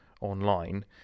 online